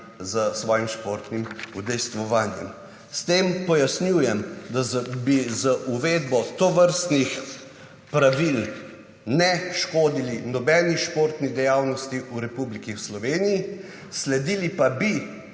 s svojim športnim udejstvovanjem. S tem pojasnjujem, da bi z uvedbo tovrstnih pravil ne škodili nobeni športni dejavnosti v Republiki Sloveniji. Sledili pa bi